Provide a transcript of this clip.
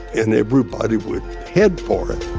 and everybody would head for it